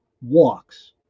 walks